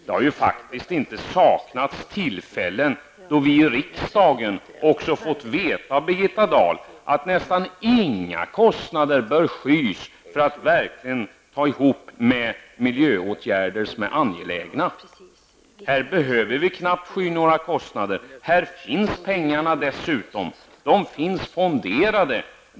Det har faktiskt inte saknats tillfällen då vi i riksdagen också fått veta, Birgitta Dahl, att nästan inga kostnader bör skys för att verkligen ta itu med miljöåtgärder som är angelägna. Här behöver vi knappt sky några kostnader, här finns pengarna. De finns fonderade.